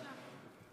תן לי עוד דקה.